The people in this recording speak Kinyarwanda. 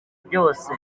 byose